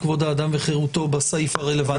כבוד האדם וחירותו בסעיף הרלוונטי.